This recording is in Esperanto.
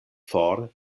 for